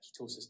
ketosis